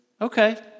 okay